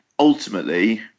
Ultimately